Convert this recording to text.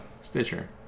Stitcher